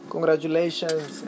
Congratulations